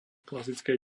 klasické